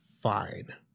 fine